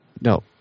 No